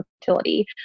fertility